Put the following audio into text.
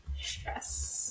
stress